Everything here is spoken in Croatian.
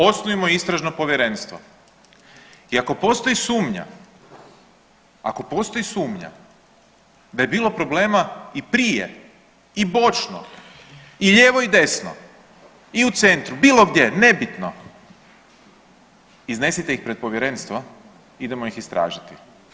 Osnujmo istražno povjerenstvo i ako postoji sumnja, ako postoji sumnja da je bilo problema i prije i bočno i lijevo i desno i u centru bilo gdje, nebitno, iznesite ih pred povjerenstvo idemo ih istražiti.